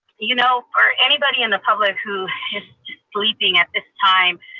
you know for anybody in the public who is sleeping at this time,